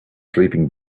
sleeping